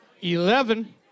eleven